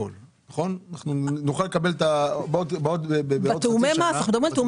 אנחנו מדברים על תיאומי מס.